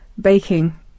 Baking